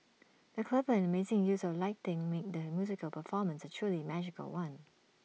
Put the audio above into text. the clever and amazing use of lighting made the musical performance A truly magical one